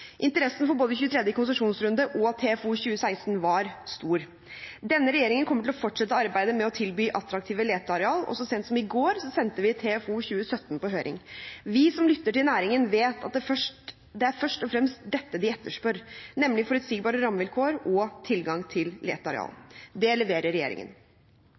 Interessen for både 23. konsesjonsrunde og TFO 2016 var stor. Denne regjeringen kommer til å fortsette arbeidet med å tilby attraktive leteareal, og så sent som i går sendte vi TFO 2017 på høring. Vi som lytter til næringen, vet at det først og fremst er dette de etterspør: Forutsigbare rammevilkår og tilgang til leteareal. Det leverer regjeringen.